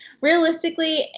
realistically